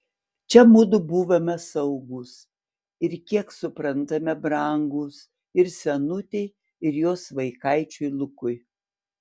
čia mudu buvome saugūs ir kiek suprantame brangūs ir senutei ir jos vaikaičiui lukui